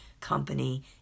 company